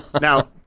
Now